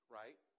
right